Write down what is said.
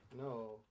No